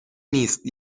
نیست